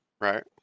Right